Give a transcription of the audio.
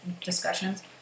discussions